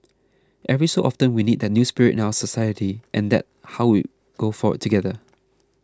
every so often we need that new spirit in our society and that how we go forward together